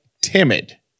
timid